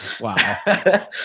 Wow